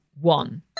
one